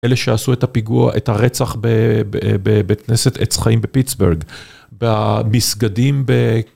אלה שעשו את הפיגוע, את הרצח בבית כנסת עץ חיים בפיטסבורג, במסגדים ב...